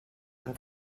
van